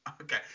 okay